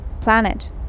planet